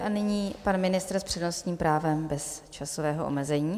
A nyní pan ministr s přednostním právem bez časového omezení.